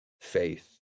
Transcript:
faith